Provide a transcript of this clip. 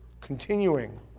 Continuing